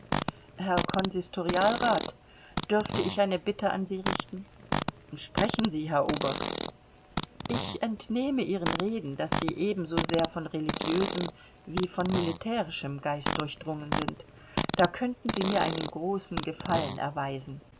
herr konsistorialrat dürfte ich eine bitte an sie richten sprechen sie herr oberst ich entnehme ihren reden daß sie ebensosehr von religiösem wie von militärischem geist durchdrungen sind da könnten sie mir einen großen gefallen erweisen